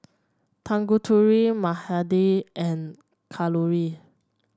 Tanguturi Mahade and Kalluri